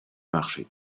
marché